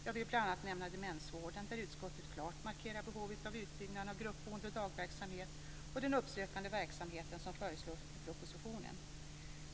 Jag vill bl.a. nämna demensvården där utskottet klart markerar behovet av utbyggnad av gruppboende och dagverksamhet och den uppsökande verksamhet som föreslås i propositionen.